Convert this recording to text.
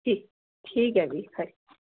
ठीक ऐ जी खरी